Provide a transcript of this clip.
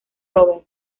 robert